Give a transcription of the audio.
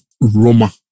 Roma